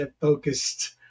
focused